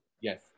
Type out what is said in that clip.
yes